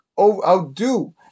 outdo